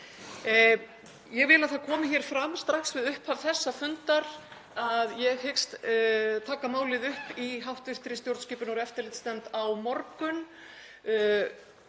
Ég vil að það komi fram strax við upphaf þessa fundar að ég hyggst taka málið upp í hv. stjórnskipunar- og eftirlitsnefnd á morgun.